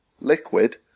Liquid